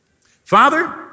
Father